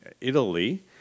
Italy